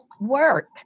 work